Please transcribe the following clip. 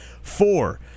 Four